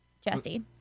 Jesse